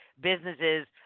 businesses—